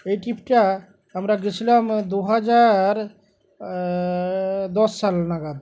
এই ট্রিপটা আমরা গিয়েছিলাম দু হাজার দশ সাল নাগাদ